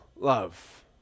love